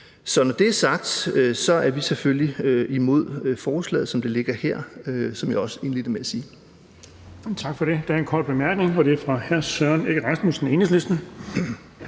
Så når det er sagt, er vi selvfølgelig imod forslaget, som det ligger her, som jeg også indledte med at sige. Kl. 14:14 Den fg. formand (Erling Bonnesen): Tak for det. Der er en kort bemærkning, og den er fra hr. Søren Egge Rasmussen, Enhedslisten.